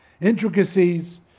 intricacies